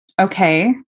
Okay